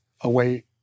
away